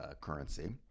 currency